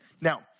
Now